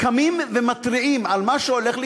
קמים ומתריעים על מה שהולך לקרות,